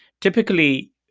Typically